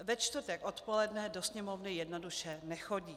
Ve čtvrtek odpoledne do Sněmovny jednoduše nechodí.